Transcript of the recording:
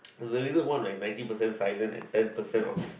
does the reader want like ninety percent silent and ten percent autistic